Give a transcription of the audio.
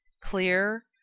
clear